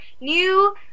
new